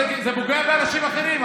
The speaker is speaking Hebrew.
זה פוגע באנשים אחרים.